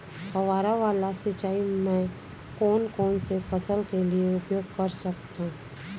फवारा वाला सिंचाई मैं कोन कोन से फसल के लिए उपयोग कर सकथो?